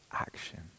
action